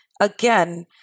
again